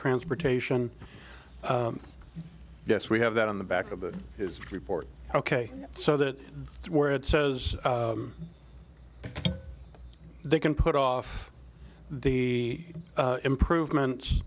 transportation yes we have that on the back of his report ok so that where it says they can put off the improvements